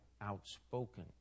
outspoken